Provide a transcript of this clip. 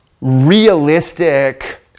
realistic